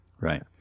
Right